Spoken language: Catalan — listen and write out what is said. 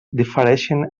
difereixen